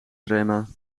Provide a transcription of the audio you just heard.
trema